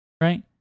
right